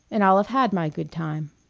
and i'll have had my good time.